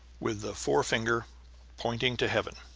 with the forefinger pointing to heaven.